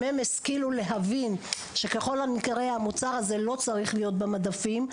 אם הן השכילו להבין שככל הנקרא המוצר הזה לא צריך להיות במדפים,